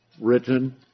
written